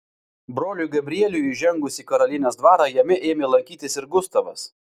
broliui gabrieliui įžengus į karalienės dvarą jame ėmė lankytis ir gustavas